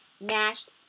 Mashed